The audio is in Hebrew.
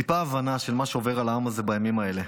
טיפה הבנה של מה שעובר על העם הזה בימים האלה.